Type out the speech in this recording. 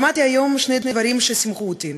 שמעתי היום שני דברים ששימחו אותי.